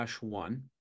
one